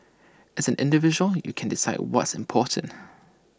as an individual you can decide what's important